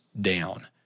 down